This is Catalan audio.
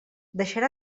deixarà